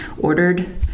ordered